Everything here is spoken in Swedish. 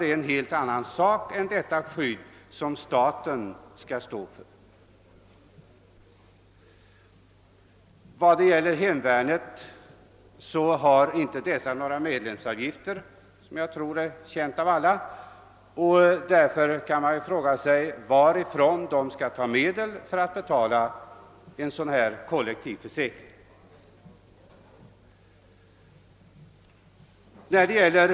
Det är en helt annan sak än detta skydd, som staten skall stå för. Vad hemvärnet beträffar har man inga medlemsavgifter — vilket jag förutsätter är bekant av alla — och varifrån skall man då ta medel för att betala en kollektiv försäkring av det slag som det här gäller?